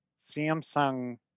Samsung